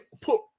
put